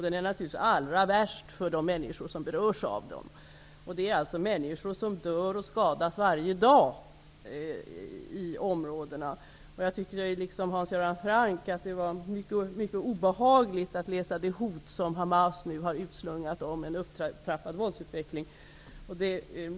Den är naturligtvis allra värst för de människor som berörs av den. Det är alltså människor som dör och skadas varje dag i områdena. Jag tycker, liksom Hans Göran Franck, att det var mycket obehagligt att läsa om de hot som Hamas nu har utslungat om en upptrappad våldsutveckling.